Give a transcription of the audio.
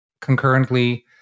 concurrently